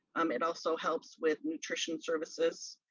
um it also helps with nutrition services.